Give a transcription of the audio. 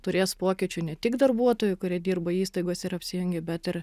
turės pokyčių ne tik darbuotojų kurie dirba įstaigose ir apsijungę bet ir